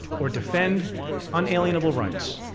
or defend unalienable rights.